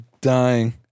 dying